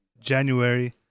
January